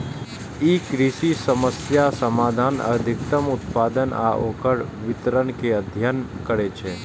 ई कृषि समस्याक समाधान, अधिकतम उत्पादन आ ओकर वितरण के अध्ययन करै छै